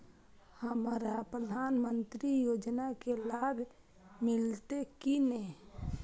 हमरा प्रधानमंत्री योजना के लाभ मिलते की ने?